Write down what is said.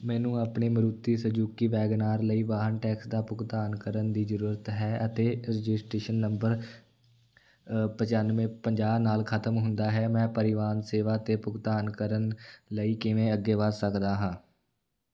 ਮੈਨੂੰ ਆਪਣੇ Maruti Suzuki wagon R ਲਈ ਵਾਹਨ ਟੈਕਸ ਦਾ ਭੁਗਤਾਨ ਕਰਨ ਦੀ ਜ਼ਰੂਰਤ ਹੈ ਅਤੇ ਰਜਿਸਟ੍ਰੇਸ਼ਨ ਨੰਬਰ ਪਚਾਨਵੇਂ ਪੰਜਾਹ ਨਾਲ ਖਤਮ ਹੁੰਦਾ ਹੈ ਮੈਂ ਪਰਿਵਾਹਨ ਸੇਵਾ 'ਤੇ ਭੁਗਤਾਨ ਕਰਨ ਲਈ ਕਿਵੇਂ ਅੱਗੇ ਵੱਧ ਸਕਦਾ ਹਾਂ